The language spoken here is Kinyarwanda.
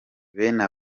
bene